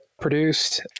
produced